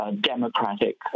democratic